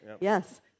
Yes